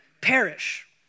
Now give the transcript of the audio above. perish